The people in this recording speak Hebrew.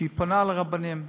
שפונה לרבנים ואומרת: